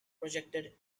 projected